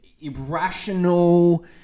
irrational